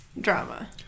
drama